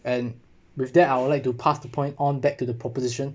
and with that I would like to pass the point on back to the proposition